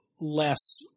less